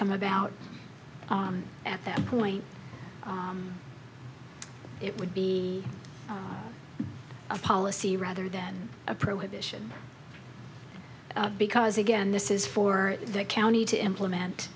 come about at that point it would be a policy rather than a prohibition because again this is for the county to implement